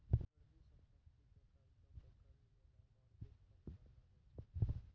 फर्जी संपत्ति के कागजो पे कर्जा लेनाय मार्गेज फ्राड कहाबै छै